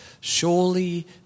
Surely